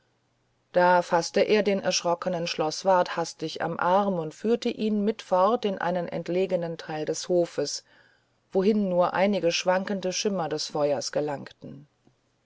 da faßte er den erschrockenen schloßwart hastig am arm und führte ihn mit fort in einen entlegenen teil des hofes wohin nur einige schwankende schimmer des feuers langten